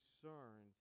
concerned